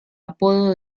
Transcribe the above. apodo